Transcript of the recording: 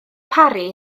parry